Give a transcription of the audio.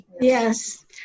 Yes